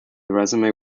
resume